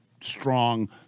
strong